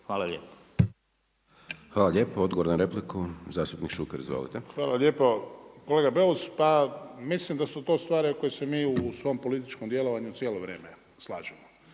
Siniša (SDP)** Hvala lijepo. Odgovor na repliku zastupnik Šuker, izvolite. **Šuker, Ivan (HDZ)** Hvala lijepo. Kolega Beus, pa mislim da su to stvari o kojima se mi u svom političkom djelovanju cijelo vrijeme slažemo.